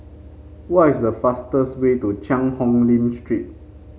what is the fastest way to Cheang Hong Lim Street